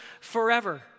forever